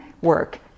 work